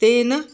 तेन